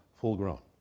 full-grown